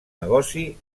negoci